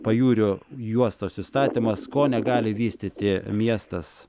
pajūrio juostos įstatymas ko negali vystyti miestas